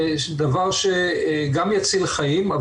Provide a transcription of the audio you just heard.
דבר שגם יציל חיים,